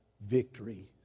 victory